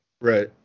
Right